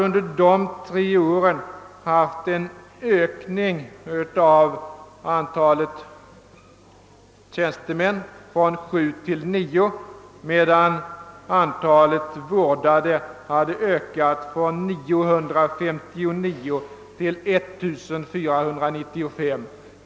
Under dessa tre år har alltså antalet tjänstemän ökat från sju till nio, medan antalet vårdade ökat från 950 till 1495.